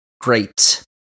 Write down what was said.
great